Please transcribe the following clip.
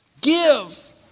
Give